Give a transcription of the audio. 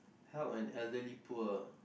help an elderly poor